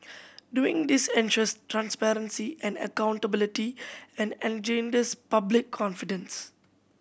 doing this ensures transparency and accountability and engenders public confidence